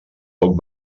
poc